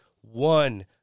one